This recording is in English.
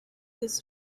his